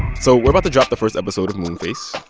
so we're about to drop the first episode of moonface.